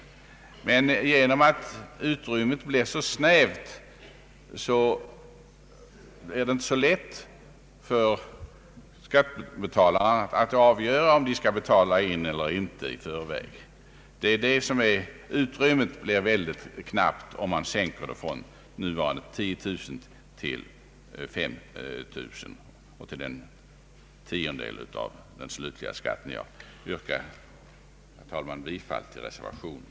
Genom att utrymmet blir så snävt är det inte så lätt för skattebetalarna att avgöra om de skall betala in skatt i förväg eller inte. Utrymmet blir väldigt knappt, om skyldighet att erlägga ränta inträder när den slutliga skatten överstiger den preliminära med minst en tiondel av den slutliga skatten eller med minst 5 000 kronor i stället för nuvarande en femtedel och gränsbeloppet 10 000 kronor. Herr talman! Jag yrkar bifall till reservationen.